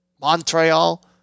Montreal